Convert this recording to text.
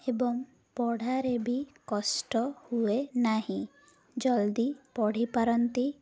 ଏବଂ ପଢ଼ାରେ ବି କଷ୍ଟ ହୁଏ ନାହିଁ ଜଲ୍ଦି ପଢ଼ିପାରନ୍ତି